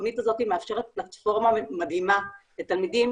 התכנית הזאת מאפשרת פלטפורמה מדהימה לתלמידים